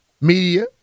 media